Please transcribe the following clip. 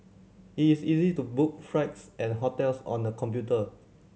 it is easy to book flights and hotels on the computer